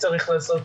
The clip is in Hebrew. את מה שצריך לעשות,